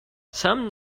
some